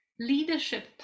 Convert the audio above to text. leadership